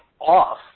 off